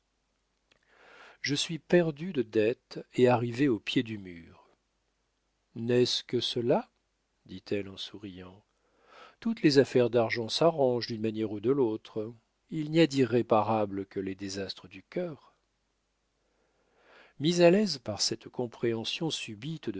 je suis perdu de dettes et arrivé au pied du mur n'est-ce que cela dit-elle en souriant toutes les affaires d'argent s'arrangent d'une manière ou de l'autre il n'y a d'irréparable que les désastres du cœur mis à l'aise par cette compréhension subite